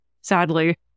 sadly